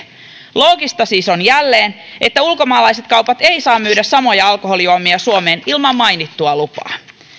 loogista siis on jälleen että ulkomaalaiset kaupat eivät saa myydä samoja alkoholijuomia suomeen ilman mainittua lupaa